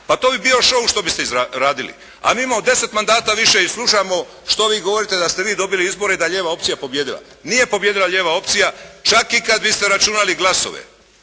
pa to bi bio «show» što biste radili. A mi imamo 10 mandata više i slušamo što vi govorite da ste vi dobili izbore, da je lijeva opcija pobijedila. Nije pobijedila lijeva opcija čak i kad biste računali glasove